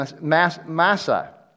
Massa